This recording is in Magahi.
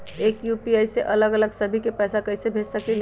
एक यू.पी.आई से अलग अलग सभी के पैसा कईसे भेज सकीले?